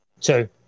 Two